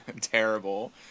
terrible